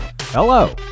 Hello